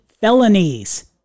felonies